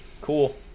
cool